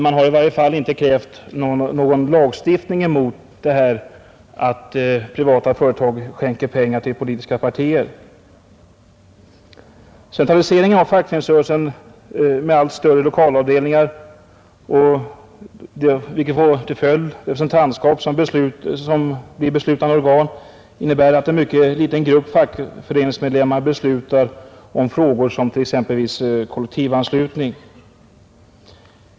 Man har emellertid inte krävt någon lagstiftning mot detta att privata företag skänker pengar till politiska partier. Centraliseringen av fackföreningsrörelsen med allt större lokalavdelningar och representantskap som beslutande organ innebär att en mycket liten grupp fackföreningsmedlemmar beslutar om frågor som t.ex. kollektivanslutning.